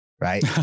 Right